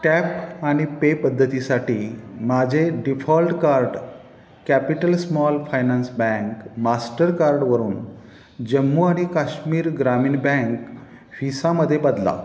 tap आणि pay पद्धतीसाठी माझे default card capital small finance bank मास्टरकार्डवरून जम्मू आणि काश्मीर ग्रामीण बँक व्हिसामध्ये बदला